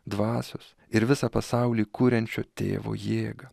dvasios ir visą pasaulį kuriančio tėvo jėgą